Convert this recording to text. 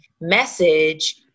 message